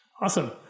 Awesome